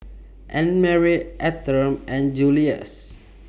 Annmarie Autumn and Julius